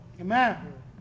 Amen